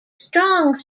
strong